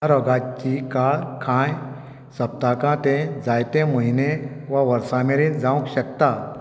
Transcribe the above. ह्या रॉगाची काळ कांय सप्ताकां ते जायते म्हयने वा वर्सां मेरेन जावंक शकता